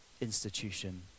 institution